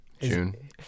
June